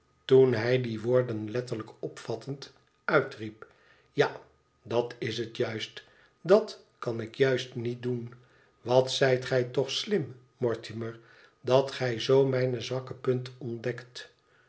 toen hij die woorden letterlijk opvattend uitriep a dat is het juist dat kan ik juist niet doen wat zijt gij toch slim mortimer dat gij zoo mijn zwakke punt ontdekt